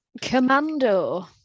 Commando